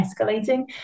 escalating